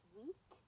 week